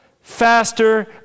faster